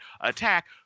attack –